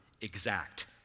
exact